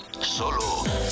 solo